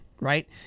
Right